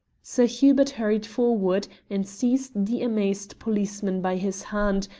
sir hubert hurried forward, and seized the amazed policeman by his hand,